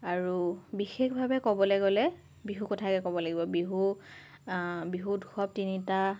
আৰু বিশেষভাৱে ক'বলৈ গ'লে বিহুৰ কথাকে ক'ব লাগিব বিহু বিহু উৎসৱ তিনিটা